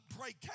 break